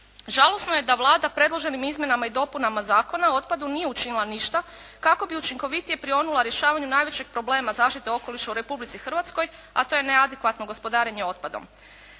Žalosno je da Vlada predloženim izmjenama i dopunama Zakona o otpadu nije učinila ništa kako bi učinkovitije prionula rješavanju najvećeg problema zaštite okoliša u Republici Hrvatskoj a to je neadekvatno gospodarenje otpadom.